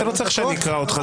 אני אתה לא צריך שאני אקרא אותך.